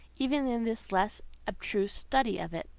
even in this less abstruse study of it,